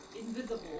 invisible